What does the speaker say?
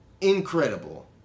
incredible